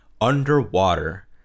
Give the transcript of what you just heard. underwater